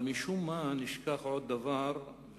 אבל משום מה נשכח עוד דבר,